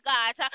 God